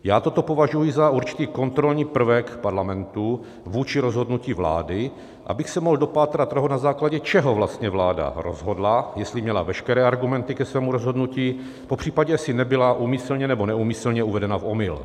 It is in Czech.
Já toto považuji za určitý kontrolní prvek parlamentu vůči rozhodnutí vlády, abych se mohl dopátrat toho, na základě čeho vlastně vláda rozhodla, jestli měla veškeré argumenty ke svému rozhodnutí, popřípadě jestli nebyla úmyslně nebo neúmyslně uvedena v omyl.